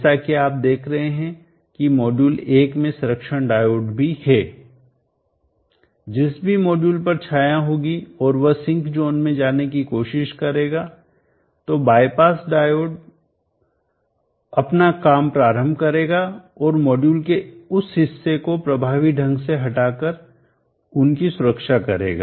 जैसा कि आप यहां देख रहे हैं कि मॉड्यूल 1 में संरक्षण डायोड भी है जिस भी मॉड्यूल पर छाया होगी और वह सिंक जोन में जाने की कोशिश करेगा तो बाईपास डायोड अपना काम प्रारंभ करेगा और मॉड्यूल के उस हिस्से को प्रभावी ढंग से हटाकर उनकी सुरक्षा करेगा